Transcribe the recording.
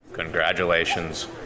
congratulations